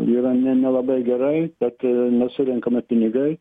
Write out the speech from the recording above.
yra ne nelabai gerai kad nesurenkama pinigai